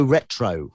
Retro